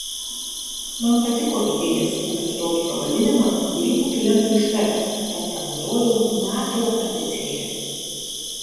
man patiko idėja sukurti tokį pavadinimą kurį būtų lengva ištarti tad panaudojau nato abėcėlę